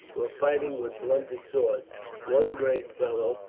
were fighting with blunted swords one great fellow,